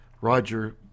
Roger